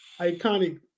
iconic